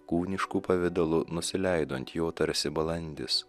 kūnišku pavidalu nusileido ant jo tarsi balandis